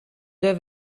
der